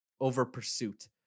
over-pursuit